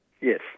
Yes